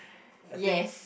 I think